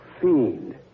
fiend